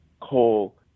coal